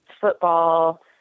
football